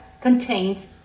contains